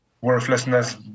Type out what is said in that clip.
worthlessness